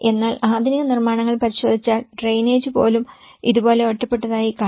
എന്നാൽ ആധുനിക നിർമ്മാണങ്ങൾ പരിശോധിച്ചാൽ ഡ്രെയിനേജ് പോലും ഇതുപോലെ ഒറ്റപ്പെട്ടതായി കാണാം